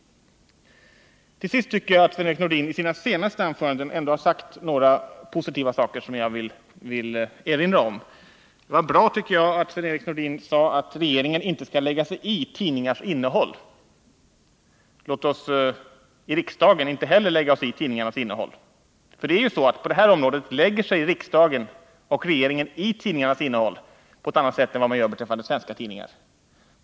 Till sist vill jag erinra om att Sven-Erik Nordin i sina senaste anföranden sade några positiva saker. Det var bra att Sven-Erik Nordin sade att regeringen inte skall lägga sig i tidningars innehåll. Låt oss i riksdagen inte heller lägga oss i tidningars innehåll! Det är ju så att på detta område lägger sig riksdagen och regeringen i tidningars innehåll på ett annat sätt än vad man gör beträffande svenska tidningar.